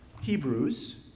Hebrews